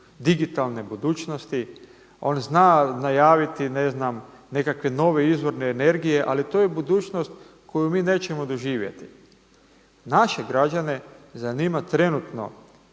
digitalne budućnosti, on zna najaviti ne znam nekakve nekakve nove izvore energije. Ali to je budućnost koju mi nećemo doživjeti. Naše građane zanima trenutno